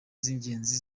z’ingenzi